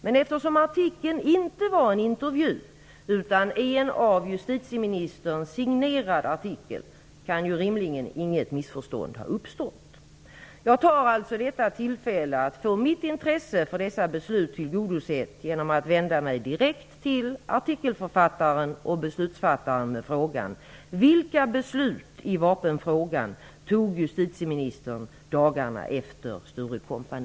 Men eftersom artikeln inte var en intervju utan en av justitieministern signerad artikel kan ju rimligen inget missförstånd ha uppstått. Jag tar alltså detta tillfälle att få mitt intresse för dessa beslut tillgodosett genom att vända mig direkt till artikelförfattaren och beslutsfattaren med frågan: